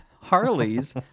Harley's